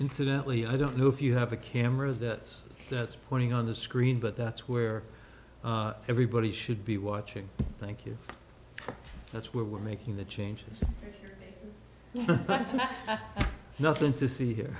incidentally i don't know if you have a camera that that's putting on the screen but that's where everybody should be watching thank you that's where we're making the changes but nothing to see here